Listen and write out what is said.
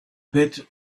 bet